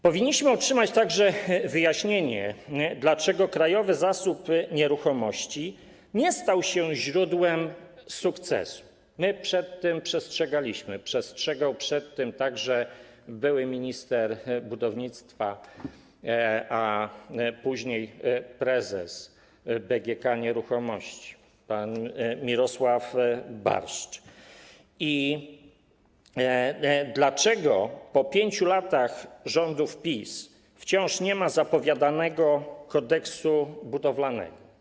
Powinniśmy otrzymać także wyjaśnienie, dlaczego Krajowy Zasób Nieruchomości nie stał się źródłem sukcesu - my przed tym przestrzegaliśmy, przestrzegał przed tym także były minister budownictwa, a później prezes BGK Nieruchomości pan Mirosław Barszcz - i dlaczego po 5 latach rządów PiS wciąż nie ma zapowiadanego kodeksu budowlanego.